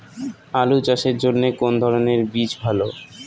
আলু চাষের জন্য কোন ধরণের বীজ ভালো?